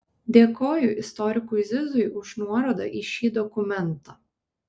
dėkoju istorikui zizui už nuorodą į šį dokumentą